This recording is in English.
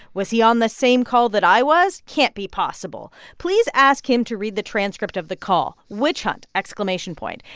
was he on the same call that i was? can't be possible. please ask him to read the transcript of the call witch hunt exclamation point.